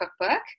cookbook